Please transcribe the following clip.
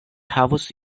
havus